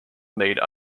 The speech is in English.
made